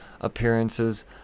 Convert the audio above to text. appearances